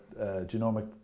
genomic